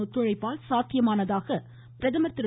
ஒத்துழைப்பால் சாத்தியமானதாக பிரதமர் திரு